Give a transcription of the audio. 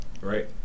Right